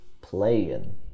Playing